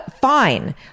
fine